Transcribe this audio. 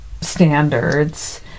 standards